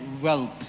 wealth